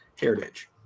Heritage